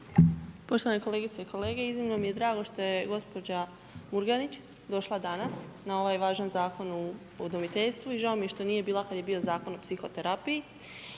Poštovane kolegice i kolege, iznimno mi je drago što je gospođa Murganić došla danas na ovaj važan Zakon o udomiteljstvu i žao mi je što nije bila kad je bio Zakon o psihoterapiji.